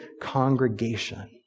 congregation